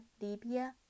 Libya